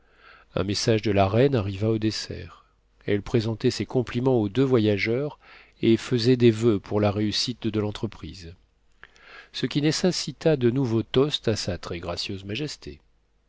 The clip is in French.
un message de la reine arriva au dessert elle présentait ses compliments aux deux voyageurs et faisait des vux pour la réussite de l'entreprise ce qui nécessita de nouveau toasts à sa très gracieuse majesté